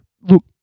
Look